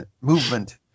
movement